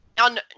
on